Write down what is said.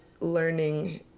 learning